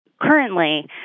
Currently